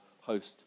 host